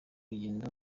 rugendo